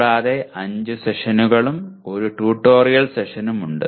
കൂടാതെ 5 സെഷനുകളും 1 ട്യൂട്ടോറിയൽ സെഷനും ഉണ്ട്